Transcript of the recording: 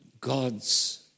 God's